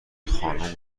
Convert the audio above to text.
خانم